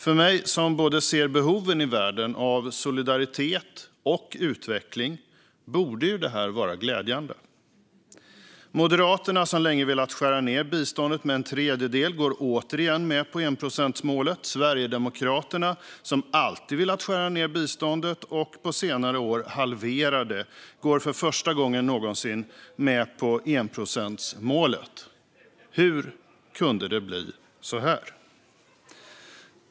För mig som ser behoven i världen av både solidaritet och utveckling borde ju detta vara glädjande. Moderaterna, som länge velat skära ned biståndet med en tredjedel, går återigen med på enprocentsmålet. Sverigedemokraterna, som alltid velat skära ned biståndet och på senare år halvera det, går för första gången någonsin med på enprocentsmålet. Hur kunde det bli så här?